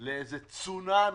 לאיזה צונמי.